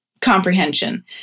comprehension